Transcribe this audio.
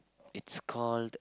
it's called